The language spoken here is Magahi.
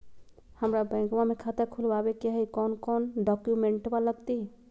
हमरा बैंकवा मे खाता खोलाबे के हई कौन कौन डॉक्यूमेंटवा लगती?